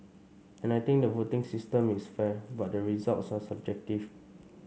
and I think the voting system is fair but the results are subjective